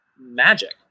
magic